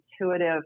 intuitive